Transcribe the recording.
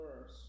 verse